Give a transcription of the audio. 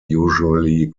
usually